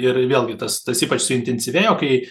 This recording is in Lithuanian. ir vėlgi tas tas ypač suintensyvėjo kai